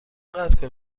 قطع